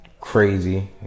crazy